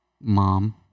mom